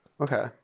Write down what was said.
Okay